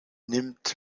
nimmt